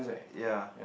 ya